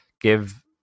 give